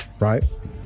right